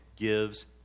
gives